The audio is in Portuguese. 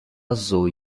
azul